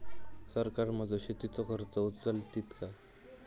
सरकार माझो शेतीचो खर्च उचलीत काय?